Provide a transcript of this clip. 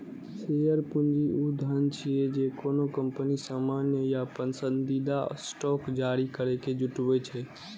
share पूंजी ऊ धन छियै, जे कोनो कंपनी सामान्य या पसंदीदा स्टॉक जारी करैके जुटबै छै